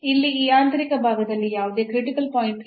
ಇಲ್ಲಿ ಈ ಆಂತರಿಕ ಭಾಗದಲ್ಲಿ ಯಾವುದೇ ಕ್ರಿಟಿಕಲ್ ಪಾಯಿಂಟ್ ಇಲ್ಲ